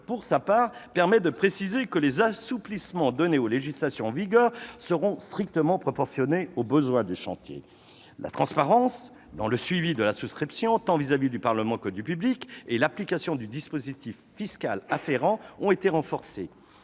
pour sa part, précise que les assouplissements donnés aux législations en vigueur seront strictement proportionnés aux besoins du chantier. La transparence dans le suivi de la souscription à l'égard tant du Parlement que du public et l'application du dispositif fiscal y afférent ont été renforcés.